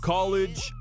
College